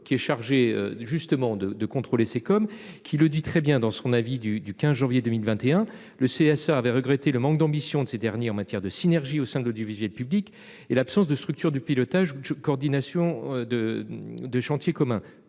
qui est chargé de justement de, de contrôler, c'est comme qui le dit très bien dans son avis du du 15 janvier 2021, le CSA avait regretté le manque d'ambition de ces derniers en matière de synergie au sein de l'audiovisuel public et l'absence de structures du pilotage coordination de de chantiers comme